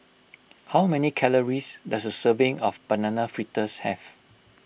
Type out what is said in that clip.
how many calories does a serving of Banana Fritters have